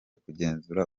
kugenzura